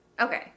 Okay